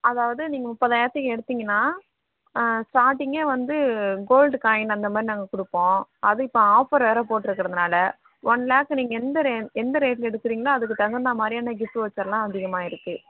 அதாவது நீங்கள் முப்பதாயிரத்துக்கு எடுத்தீங்கன்னா ஸ்டார்ட்டிங்கே வந்து கோல்டு காயின் அந்தமாதிரி நாங்கள் கொடுப்போம் அதுவும் இப்போ ஆஃபர் வேறு போட்ருக்கறதுனால் ஒன் லேக் நீங்கள் எந்த ரே எந்த ரேட்டில் எடுக்குறீங்களோ அதுக்கு தகுந்த மாதிரியான கிஃப்ட் வெளச்சர்லாம் அதிகமாக இருக்கு